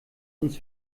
uns